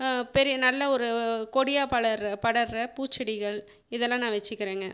பெரி நல்ல ஒரு கொடியா படர்ற படர்ற பூச்செடிகள் இதெல்லாம் நான் வச்சுக்கிறேங்க